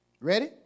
Ready